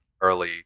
early